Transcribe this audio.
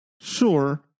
Sure